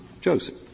Joseph